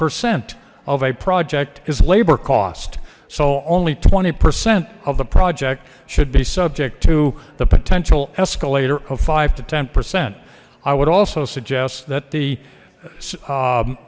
percent of a project is labor cost so only twenty percent of the project should be subject to the potential escalator of five to ten percent i would also suggest that the